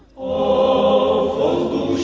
o